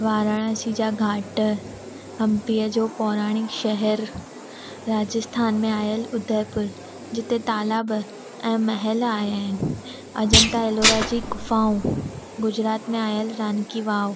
वाराणसी जा घाट हम्पीअ जो पौराणिक शहरु राजस्थान में आयल उदयपुर जिते तालाब ऐं महल आया आहिनि अजंता एलोरा जी गुफाऊं गुजरात में आयल रानी की वाव